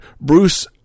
Bruce